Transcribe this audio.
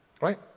Right